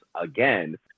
again